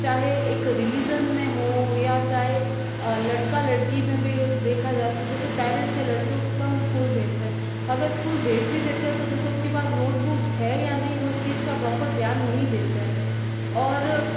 चाहे एक रिलिज़न में हो या चाहे लड़का लड़की में भी देखा जाए तो जैसे पेरेंट्स से लड़कियों को कम स्कूल भेजते हैं अगर स्कूल भेज भी देते तो जैसे उनकी बात नोटबुक्स है या नहीं वो इस चीज का प्रॉपर ध्यान नहीं देते हैं और